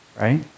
right